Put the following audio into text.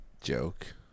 joke